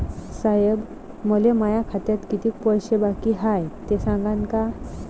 साहेब, मले माया खात्यात कितीक पैसे बाकी हाय, ते सांगान का?